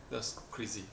that's crazy